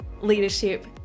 Leadership